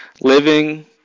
Living